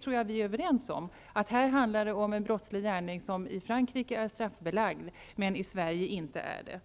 tror att vi är överens om att det i detta fall handlar om en gärning som är straffbelagd i Frankrike men inte i Sverige.